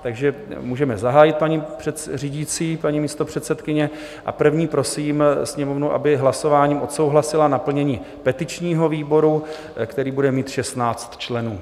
Takže můžeme zahájit, paní řídící, paní místopředsedkyně, a první prosím Sněmovnu, aby hlasováním odsouhlasila naplnění petičního výboru, který bude mít 16 členů.